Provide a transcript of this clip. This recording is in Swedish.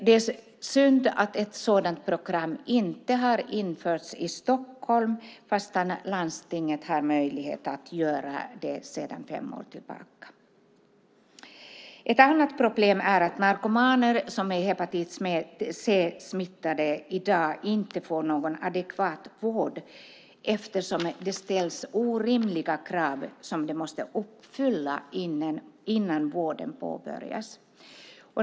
Det är synd att ett sådant program inte har införts i Stockholm - landstinget har ju sedan fem år tillbaka möjlighet att göra det. Ett annat problem är att narkomaner som är hepatit C-smittade i dag inte får någon adekvat vård, eftersom det ställs orimliga krav som de måste uppfylla innan vården påbörjas.